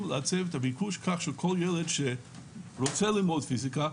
לעצב את הביקוש כך שכל ילד שרוצה ללמוד פיזיקה,